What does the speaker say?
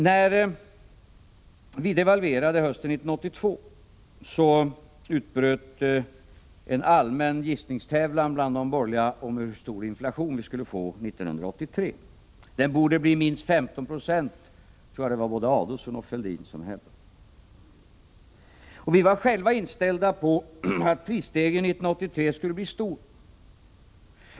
När vi devalverade hösten 1982 utbröt en allmän gissningstävlan mellan de borgerliga om hur stor inflationen skulle bli år 1983. Den borde bli minst 15 96, tror jag att både Adelsohn och Fälldin hävdade. Vi var själva inställda på att prisstegringen 1983 skulle bli stor.